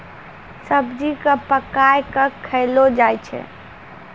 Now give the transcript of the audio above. सब्जी क पकाय कॅ खयलो जाय छै